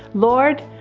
lord,